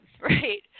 right